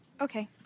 okay